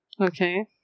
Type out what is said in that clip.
okay